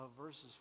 verses